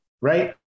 right